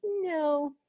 no